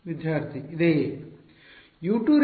ವಿದ್ಯಾರ್ಥಿ ಇದೆಯೇ